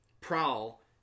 Prowl